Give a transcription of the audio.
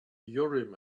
urim